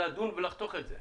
לדון ולחתוך את זה.